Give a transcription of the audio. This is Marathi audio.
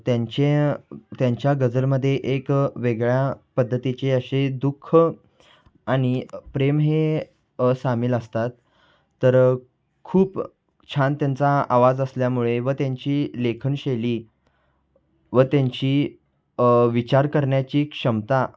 त्यांच्या त्यांच्या गजलमध्ये एक वेगळ्या पद्धतीचे असे दुःख आनि प्रेम हे सामील असतात तर खूप छान त्यांचा आवाज असल्यामुळे व त्यांची लेखनशैली व त्यांची विचार करण्याची क्षमता